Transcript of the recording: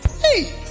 Hey